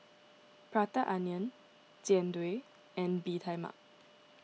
Prata Onion Jian Dui and Bee Tai Mak